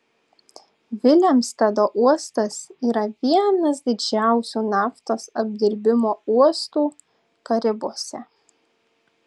vilemstado uostas yra vienas didžiausių naftos apdirbimo uostų karibuose